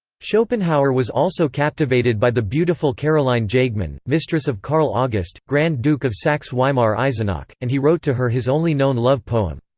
schopenhauer was also captivated by the beautiful karoline jagemann, mistress of karl august, grand duke of saxe-weimar-eisenach, and he wrote to her his only known love poem.